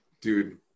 dude